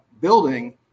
building